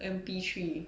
M_P three